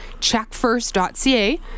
checkfirst.ca